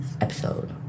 episode